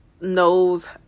knows